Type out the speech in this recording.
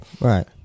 Right